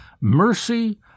Mercy